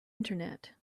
internet